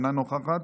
אינה נוכחת,